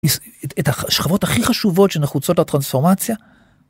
את השכבות הכי חשובות שנחוצות לטרנספורמציה.